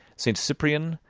st. cyprian,